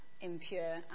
impure